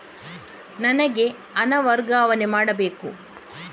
ನನಗೆ ಹಣ ವರ್ಗಾವಣೆ ಮಾಡಬೇಕು